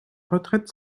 retraite